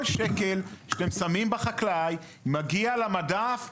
כל שקל שאתם שמים בחקלאי, מגיע למדף,